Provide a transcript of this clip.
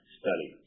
study